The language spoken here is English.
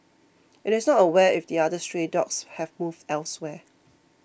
it is not aware if the other stray dogs have moved elsewhere